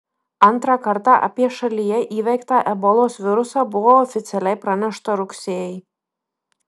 antrą kartą apie šalyje įveiktą ebolos virusą buvo oficialiai pranešta rugsėjį